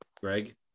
Greg